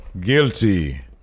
Guilty